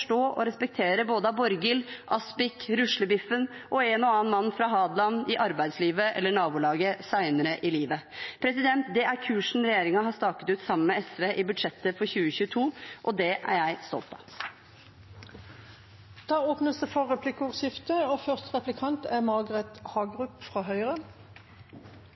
respektere både Borghild, Aspic, Ruslebiffen og en og annen mann fra Hadeland i arbeidslivet eller nabolaget senere i livet. Det er kursen denne regjeringen har staket ut sammen med SV i budsjettet for 2022 – og det er jeg stolt av. Det blir replikkordskifte.